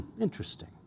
interesting